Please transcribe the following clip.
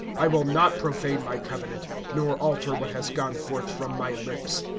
i will not profane my covenant, nor alter whiit has gone forth from my lips,